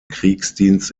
kriegsdienst